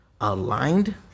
aligned